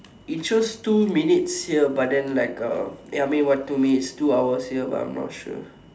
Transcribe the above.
it shows two mintues here but then like um ya me to me it's two hours here but I'm not sure